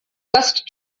west